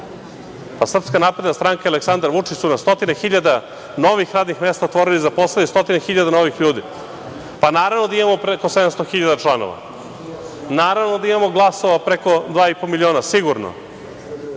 Srpska napredna stranka i Aleksandar Vučić su na stotine hiljada novih radnih mesta otvorili i zaposlili stotine hiljada novih ljudi. Naravno da imamo preko 700 hiljada članova, naravno da imamo glasova preko 2,5 miliona, sigurno